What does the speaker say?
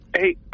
Hey